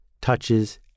touches